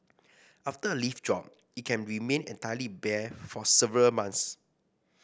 after a leaf drop it can remain entirely bare for several months